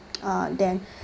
uh then